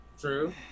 true